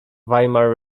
weimar